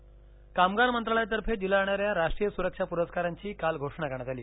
सरक्षा पररूकार कामगार मंत्रालयातर्फे दिल्या जाणाऱ्या राष्ट्रीय सुरक्षा पुरस्कारांची काल घोषणा करण्यात आली